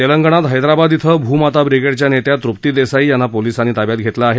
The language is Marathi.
तेलंगणात हैद्राबाद इथं भूमाता ब्रिगेडच्या नेत्या तृप्ती देसाई यांना पोलिसांनी ताब्यात घेतलं आहे